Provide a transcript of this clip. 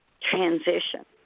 transition